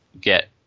get